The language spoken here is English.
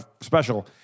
special